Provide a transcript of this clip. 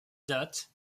date